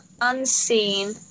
Unseen